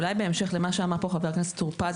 ואולי בהמשך למה שאמר פה חבר הכנסת טור פז,